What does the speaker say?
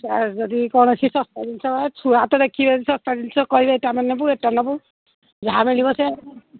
ଯଦି କୌଣସି ଶସ୍ତା ଜିନିଷ ଛୁଆ ତ ଦେଖିବେନି ଶସ୍ତା ଜିନିଷ କହିବେ ଏଟା ନେବୁ ଏଟା ନେବୁ ଯାହା ମିଳିବ ସେ